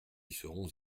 serons